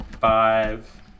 Five